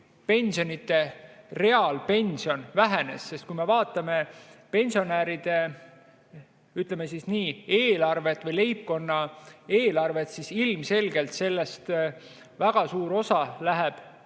pensionide reaalpension vähenes. Kui me vaatame pensionäride, ütleme siis nii, eelarvet või leibkonna eelarvet, siis ilmselgelt sellest väga suur osa läheb